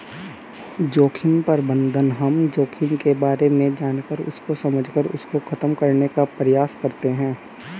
जोखिम प्रबंधन हम जोखिम के बारे में जानकर उसको समझकर उसको खत्म करने का प्रयास करते हैं